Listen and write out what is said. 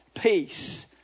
peace